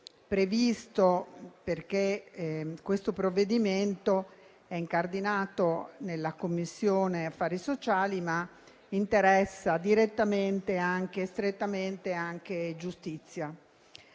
previsto, perché questo provvedimento è stato incardinato nella Commissione affari sociali, ma interessa direttamente e strettamente la Commissione giustizia.